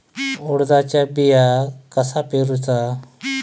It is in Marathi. उडदाचा बिया कसा पेरूचा?